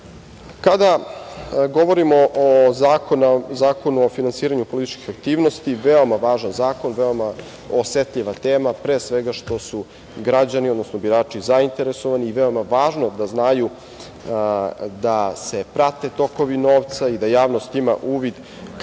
govorimo o Zakonu o finansiranju političkih aktivnosti, veoma važan zakon, veoma osetljiva tema pre svega što su građani, odnosno birači zainteresovani i veoma je važno da znaju da se prate tokovi novca i da javnost ima uvid kako